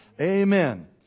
Amen